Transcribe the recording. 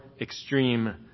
extreme